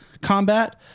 combat